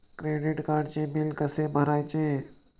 Credit कार्डचे bill कसे भरायचे?